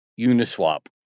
Uniswap